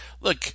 look